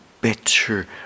better